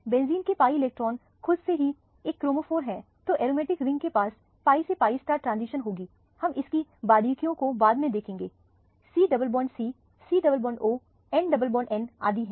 benzene के pi electron खुद में ही एक क्रोमोफोर है तो एरोमेटिक रिंग के पास pi से pi ट्रांजिशन होगी हम इसकी बारीकियों को बाद में देखेंगे C double bond C C double bond O N double bond N आदि है